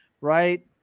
right